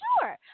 Sure